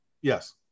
Yes